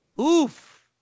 Oof